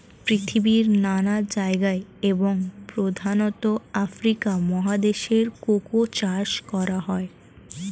পৃথিবীর নানা জায়গায় এবং প্রধানত আফ্রিকা মহাদেশে কোকো চাষ করা হয়